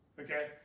Okay